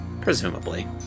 Presumably